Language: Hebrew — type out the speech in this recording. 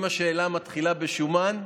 אם השאלה מתחילה ב"שומן",